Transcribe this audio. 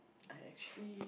I actually